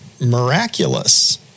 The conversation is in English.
miraculous